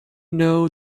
know